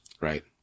Right